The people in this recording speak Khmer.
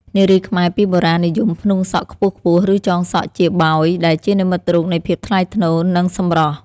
នារីខ្មែរពីបុរាណនិយមផ្នួងសក់ខ្ពស់ៗ ឬចងសក់ជាបោយ ដែលជានិមិត្តរូបនៃភាពថ្លៃថ្នូរ និងសម្រស់។